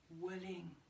willing